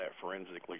forensically